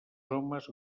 homes